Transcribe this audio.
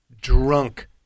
drunk